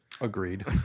Agreed